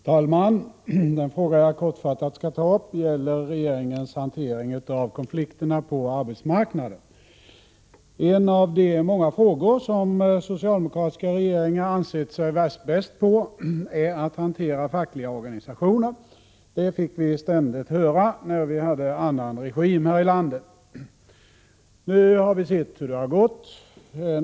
Herr talman! Den fråga som jag kortfattat skall ta upp gäller regeringens hantering av konflikterna på arbetsmarknaden. En av de många saker som socialdemokratiska regeringar ansett sig världsbäst på är att hantera fackliga organisationer — det fick vi ständigt höra när vi hade annan regim i landet. Nu har vi sett hur det har gått.